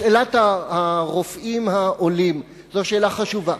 שאלת הרופאים העולים, זו שאלה חשובה.